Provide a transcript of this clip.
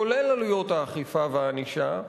כולל עלויות האכיפה והענישה,